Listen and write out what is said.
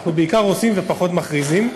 אנחנו בעיקר עושים ופחות מכריזים,